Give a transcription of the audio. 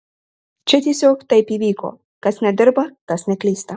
čia tiesiog taip įvyko kas nedirba tas neklysta